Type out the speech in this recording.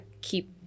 keep